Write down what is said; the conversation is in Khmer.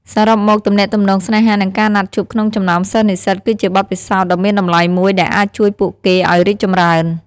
សរុបមក ទំនាក់ទំនងស្នេហា និងការណាត់ជួបក្នុងចំណោមសិស្សនិស្សិតគឺជាបទពិសោធន៍ដ៏មានតម្លៃមួយដែលអាចជួយពួកគេឱ្យរីកចម្រើន។